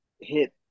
hit